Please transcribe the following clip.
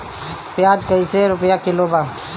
प्याज कइसे रुपया किलो बा?